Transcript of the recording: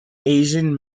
asian